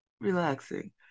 Relaxing